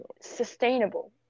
sustainable